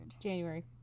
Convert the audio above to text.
January